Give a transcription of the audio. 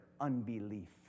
unbelief